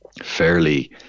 Fairly